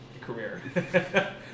career